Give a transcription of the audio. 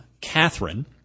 Catherine